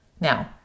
Now